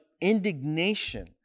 indignation